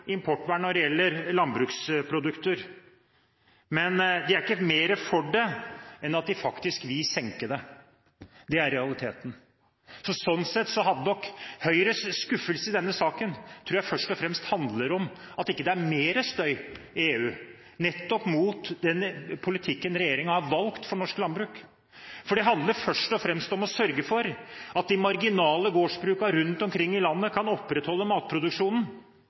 det enn at de faktisk vil senke det. Det er realiteten. Sånn sett tror jeg nok Høyres skuffelse i denne saken først og fremst handler om at det ikke er mer støy i EU, nettopp mot den politikken regjeringen har valgt for norsk landbruk. For det handler først og fremst om å sørge for at de marginale gårdsbrukene rundt omkring i landet kan opprettholde matproduksjonen.